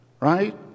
right